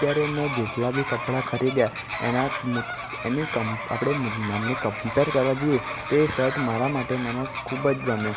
અત્યારે મેં જેટલા બી કપડાં ખરીદ્યા એનાં મુ તેની કંપ આપણે કંપેર કરવા જઈએ તો એ સર્ટ મારાં માટે મને ખૂબ જ ગમ્યો